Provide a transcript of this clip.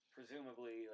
Presumably